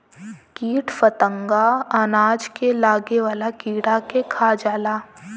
कीट फतंगा अनाज पे लागे वाला कीड़ा के खा जाला